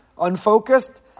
unfocused